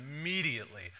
immediately